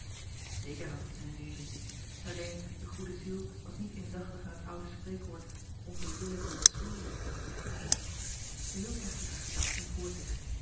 eker had het zijn reden alleen de goede ziel was niet indachtig aan het oude spreekwoord om den wille van de smeer enz ij hield echter haar gedachten voor zich